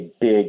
big